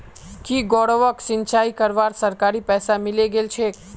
की गौरवक सिंचाई करवार सरकारी पैसा मिले गेल छेक